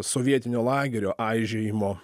sovietinio lagerio aižėjimo